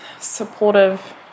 supportive